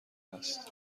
است